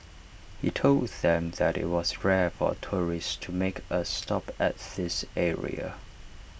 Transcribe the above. he told them that IT was rare for tourists to make A stop at this area